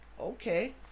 okay